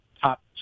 top